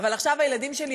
אבל עכשיו הילדים שלי,